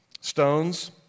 stones